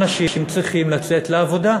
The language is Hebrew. אנשים צריכים לצאת לעבודה.